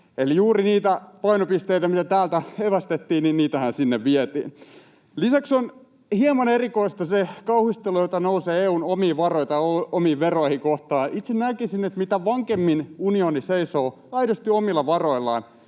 Eli juuri niitä painopisteitä, mitä täältä evästettiin, sinne vietiin. Lisäksi on hieman erikoista, että kauhistelijoita nousee EU:n omia varoja tai omia veroja kohtaan. Itse näkisin, että mitä vankemmin unioni seisoo aidosti omilla varoillaan,